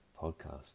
podcast